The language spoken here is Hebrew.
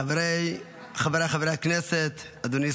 חבריי חברי הכנסת, אדוני